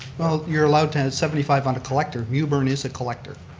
well, you're allowed to have seventy five on a collector. mewburn is a collector.